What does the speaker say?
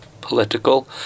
political